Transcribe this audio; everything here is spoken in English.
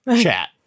chat